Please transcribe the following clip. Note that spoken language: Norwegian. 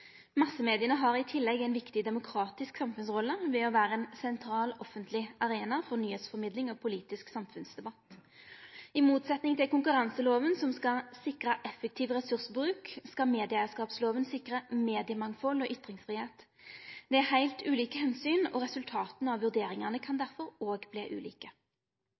Massemedia har i tillegg ei viktig demokratisk samfunnsrolle ved å vere ein sentral, offentleg arena for nyheitsformidling og politisk samfunnsdebatt. I motsetning til konkurranseloven, som skal sikre effektiv ressursbruk, skal medieeigarskapsloven sikre mediemangfald og ytringsfridom. Det er heilt ulike omsyn, og resultata av vurderingane kan derfor òg verte ulike.